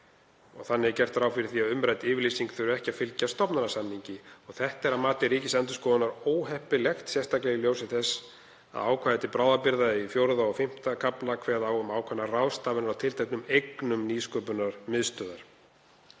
Þannig er gert ráð fyrir því að umrædd yfirlýsing þurfi ekki að fylgja stofnanasamningi. Þetta er að mati Ríkisendurskoðunar óheppilegt, sérstaklega í ljósi þess að ákvæði til bráðabirgða í IV. og V. kafla kveða á um ákveðnar ráðstafanir á tilteknum eignum Nýsköpunarmiðstöðvar.